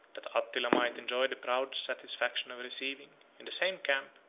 that attila might enjoy the proud satisfaction of receiving, in the same camp,